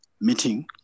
meeting